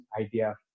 idea